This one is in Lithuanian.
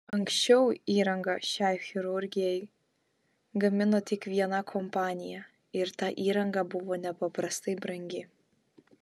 anksčiau įrangą šiai chirurgijai gamino tik viena kompanija ir ta įranga buvo nepaprastai brangi